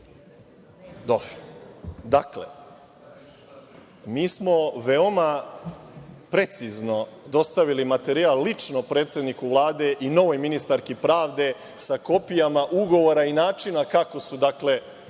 mi smo veoma precizno dostavili materijal, lično predsedniku Vlade i novoj ministarki pravde sa kopijama ugovora i načina kako su dakle